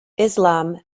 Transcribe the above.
islam